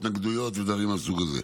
התנגדויות ודברים מהסוג הזה.